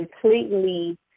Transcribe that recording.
completely